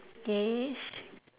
yes